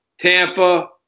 Tampa